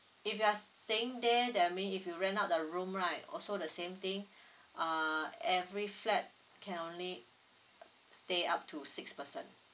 if you're staying there that mean if you rent out the room right also the same thing uh every flat can only uh stay up to six person